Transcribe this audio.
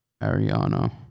Ariana